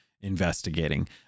investigating